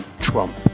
Trump